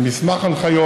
עם מסמך הנחיות,